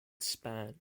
span